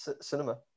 Cinema